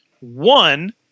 One